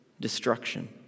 destruction